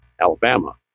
Alabama